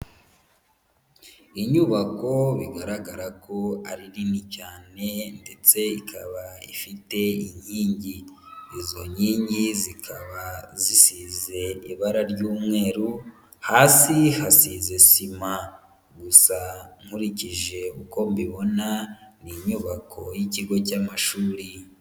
Inyubako bigaragara ko ari nini cyane ndetse ikaba ifite inkingi, izo nkingi zikaba zisize ibara ry'umweru, hasi hasize sima gusa nkurikije uko mbibona, ni inyubako y'ikigo cy'amashuri.